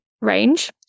range